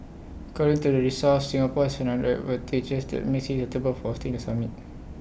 according to the source Singapore has another advantages that makes IT suitable for hosting the summit